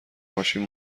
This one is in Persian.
ماشین